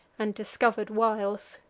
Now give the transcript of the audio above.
and discover'd wiles.